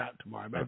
Tomorrow